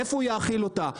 איפה הוא יאכיל אותה?